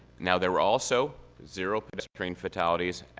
now there were also zero pedestrian fatalities